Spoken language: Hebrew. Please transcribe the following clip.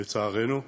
לצערנו,